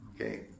Okay